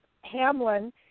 Hamlin